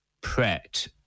Pret